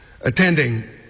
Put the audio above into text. attending